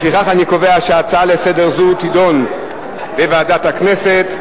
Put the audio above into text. לפיכך אני קובע שהצעה לסדר זו תידון בוועדת הכנסת.